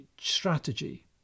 strategy